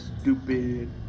stupid